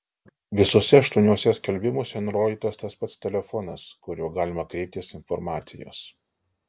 visuose aštuoniuose skelbimuose nurodytas tas pats telefonas kuriuo galima kreiptis informacijos